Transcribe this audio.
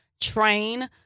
train